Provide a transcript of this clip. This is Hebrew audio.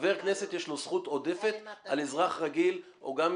חבר כנסת יש לו זכות עודפת על אזרח רגיל או גם אם